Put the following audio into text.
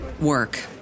work